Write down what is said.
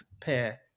pair